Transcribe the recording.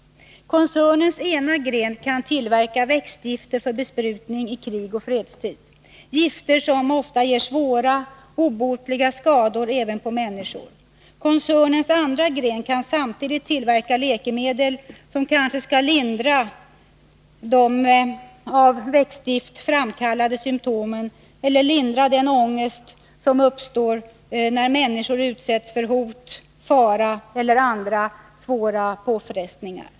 Koncernens ena gren kan tillverka växtgifter för besprutningi krig och fredstid, gifter som ofta ger svåra, obotliga skador även på människor. Koncernens andra gren kan samtidigt tillverka läkemedel, som kanske skall lindra de av växtgiftet framkallade symtomen eller lindra den ångest som uppstår när människor utsätts för hot, fara eller andra svåra påfrestningar.